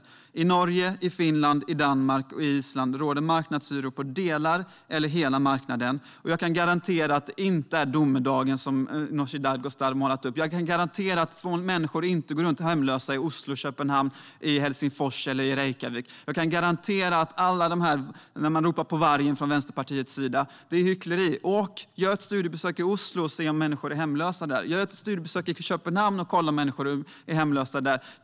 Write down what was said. I Norge, Finland, Danmark och Island råder marknadshyror på delar av eller hela hyresmarknaden. Jag kan garantera att det inte innebär den domedag som Nooshi Dadgostar målar upp. Jag kan garantera att människor inte går runt hemlösa i Oslo, Köpenhamn, Helsingfors och Reykjavik. När Vänsterpartiet ropar varg är det hyckleri. Gör studiebesök i Oslo, Köpenhamn och Helsingfors och se om människor är hemlösa där!